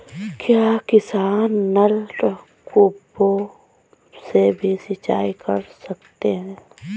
क्या किसान नल कूपों से भी सिंचाई कर सकते हैं?